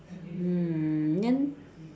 um then